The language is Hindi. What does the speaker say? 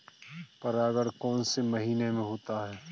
परागण कौन से महीने में होता है?